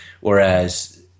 Whereas